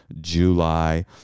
July